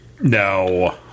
No